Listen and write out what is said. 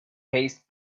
paste